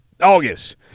August